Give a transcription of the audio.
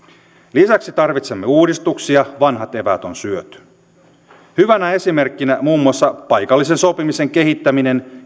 lisäksi tarvitsemme uudistuksia vanhat eväät on syöty hyvänä esimerkkinä muun muassa paikallisen sopimisen kehittäminen